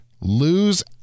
lose